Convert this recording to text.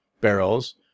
barrels